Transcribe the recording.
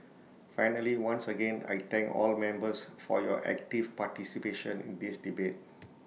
finally once again I thank all members for your active participation in this debate